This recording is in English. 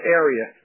area